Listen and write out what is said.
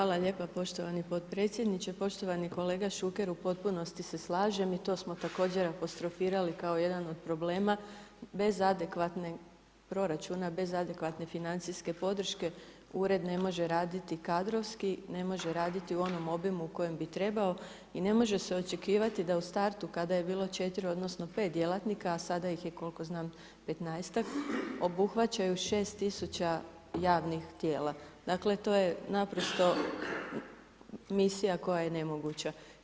Hvala lijepo poštovani podpredsjedniče, poštovani kolega Šuker, u potpunosti se slažem i to smo također apostrofirali kao jedan od problema, bez adekvatne proračuna, bez adekvatne financijske podrške ured ne može raditi kadrovski, ne može raditi u onom obimu u kojem bi trebao i ne može se očekivati da u startu kada je bilo 4 odnosno 5 djelatnika, a sada ih je koliko znam 15-tak obuhvaćaju 6.000 javnih tijela, dakle to je naprosto misija koja je nemoguća.